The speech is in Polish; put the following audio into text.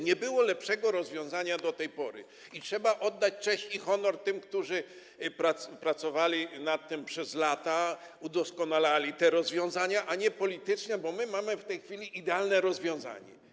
Nie było lepszego rozwiązania do tej pory i trzeba oddać cześć i honor tym, którzy pracowali nad tym przez lata, udoskonalali te rozwiązania, zamiast stwierdzać politycznie: my mamy w tej chwili idealne rozwiązanie.